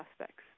aspects